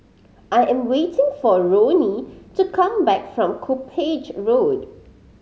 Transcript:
I am waiting for Roni to come back from Cuppage Road